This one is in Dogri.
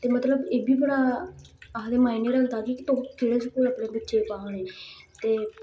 ते मतलब एह् बी बड़ा आखदे मायने रखदा कि तुस केह्ड़े स्कूल अपने बच्चे गी पान लगे ते